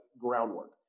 groundwork